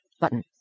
Button